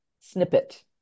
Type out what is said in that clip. snippet